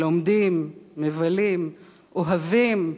לומדים, מבלים, אוהבים,